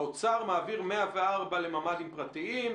האוצר מעביר 104 מיליון לממ"דים פרטיים,